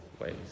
ways